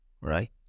right